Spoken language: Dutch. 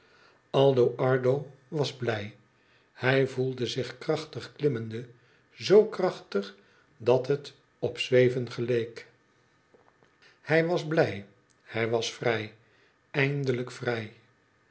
aldo ardo was blij hij voelde zich krachtig klimmende zoo krachtig dat het op zweven geleek hij was blij hij was vrij eindelijk vrij